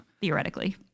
theoretically